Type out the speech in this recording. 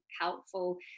helpful